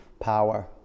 power